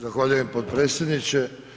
Zahvaljujem potpredsjedniče.